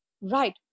Right